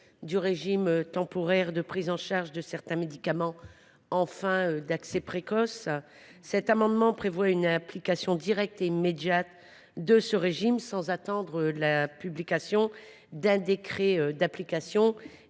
du régime temporaire de prise en charge de certains médicaments en fin d’accès précoce. Il convient de prévoir une implication directe et immédiate de ce régime sans attendre la publication d’un décret d’application